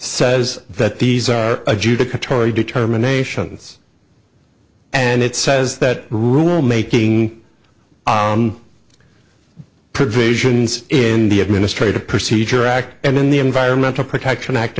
says that these are adjudicatory determinations and it says that rule making provisions in the administrative procedure act and in the environmental protection act